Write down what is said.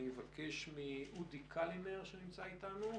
אני מבקש מאודי קלינר, שנמצא אתנו,